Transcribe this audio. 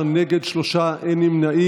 בעד, 17, נגד שלושה, אין נמנעים.